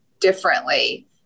differently